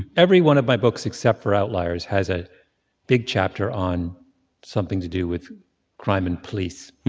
every one of my books, except for outliers, has a big chapter on something to do with crime and police.